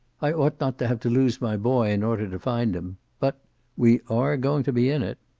i ought not to have to lose my boy in order to find him. but we are going to be in it.